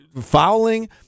fouling